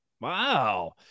wow